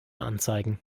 anzeigen